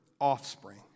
offspring